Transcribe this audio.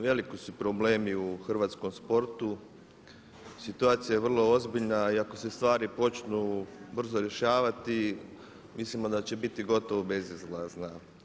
Veliki su problemi u hrvatskom sportu, situacija je vrlo ozbiljna i ako se stvari počnu brzo rješavati mislimo da će biti gotovo bezizlazna.